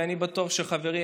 ואני בטוח שחברי,